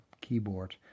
keyboard